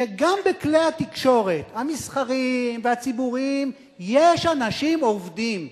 שגם בכלי התקשורת המסחריים והציבוריים יש אנשים עובדים.